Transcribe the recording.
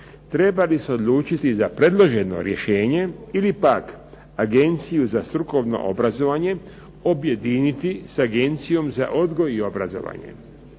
“Treba li se odlučiti za predloženo rješenje ili pak Agenciju za strukovno obrazovanje objediniti sa Agencijom za odgojom i obrazovanje,